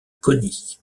coni